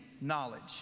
knowledge